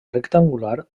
rectangular